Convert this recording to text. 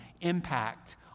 impact